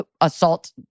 assault